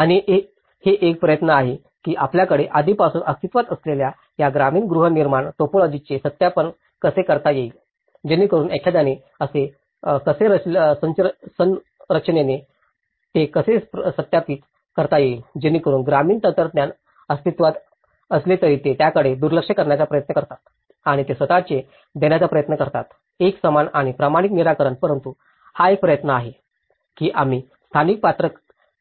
आणि हे एक प्रयत्न आहे की आपल्याकडे आधीपासून अस्तित्त्वात असलेल्या या ग्रामीण गृहनिर्माण टायपॉलॉजीचे सत्यापन कसे करता येईल जेणेकरुन एखाद्याने कसे संरचनेने ते कसे सत्यापित करता येईल जेणेकरुन ग्रामीण तंत्रज्ञान अस्तित्वात असले तरी ते त्याकडे दुर्लक्ष करण्याचा प्रयत्न करतात आणि ते स्वत चे देण्याचा प्रयत्न करतात एकसमान आणि प्रमाणित निराकरण परंतु हा एक प्रयत्न आहे की आम्ही स्थानिक पात्र